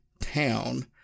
town